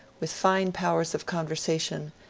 with fine powers of conversation,